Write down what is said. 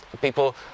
people